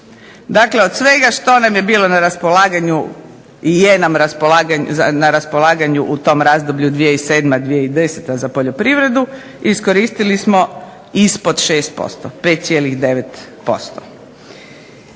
na raspolaganju i je nam na raspolaganju u tom razdoblju 2007.-2010. za poljoprivredu iskoristili smo ispod 6%, 5,9%